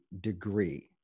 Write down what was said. degree